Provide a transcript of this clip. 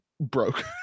broke